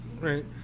right